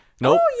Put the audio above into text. Nope